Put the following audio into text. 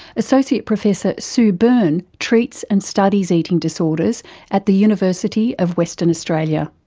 associate professor sue byrne treats and studies eating disorders at the university of western australia.